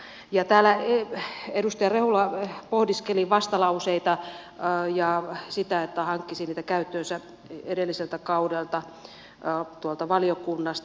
täällä edustaja rehula pohdiskeli vastalauseita ja sitä että hankkisi niitä käyttöönsä edelliseltä kaudelta tuolta valiokunnasta